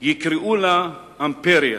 מצדם יקראו לה אימפריה.